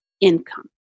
income